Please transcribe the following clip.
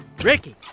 Ricky